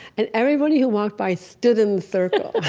and everybody who walked by stood in the circle.